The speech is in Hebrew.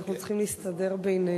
אז אנחנו צריכים להסתדר בינינו.